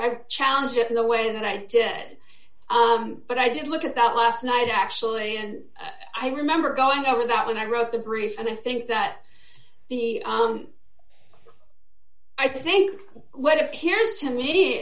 i challenge it in the way that i did it but i did look at that last night actually and i remember going over that when i wrote the brief and i think that the i think what